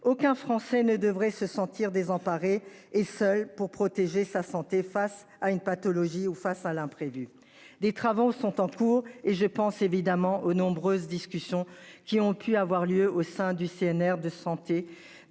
Aucun Français ne devrait se sentir désemparés et seules pour protéger sa santé face à une pathologie ou face à l'imprévu. Des travaux sont en cours et je pense évidemment aux nombreuses discussions qui ont pu avoir lieu au sein du CNR de santé